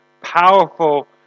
powerful